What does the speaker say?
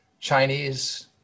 Chinese